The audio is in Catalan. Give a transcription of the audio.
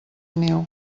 niu